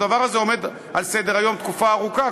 הדבר הזה עומד על סדר-היום תקופה ארוכה,